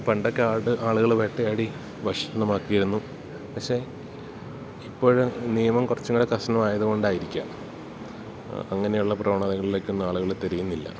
പണ്ടൊക്കെ ആട് ആളുകൾ വേട്ടയാടി ഭക്ഷണമാക്കിയിരുന്നു പക്ഷേ ഇപ്പോഴും നിയമം കുറച്ചു കൂടെ കർശനം ആയത് കൊണ്ടായിരിക്കാം അങ്ങനെയുള്ള പ്രവണതകളിലേക്കോ ആളുകൾ തിരയുന്നില്ല